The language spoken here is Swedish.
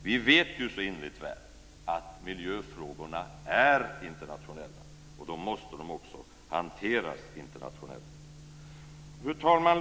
Vi vet ju så innerligt väl att miljöfrågorna är internationella. Då måste de också hanteras internationellt. Fru talman!